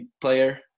player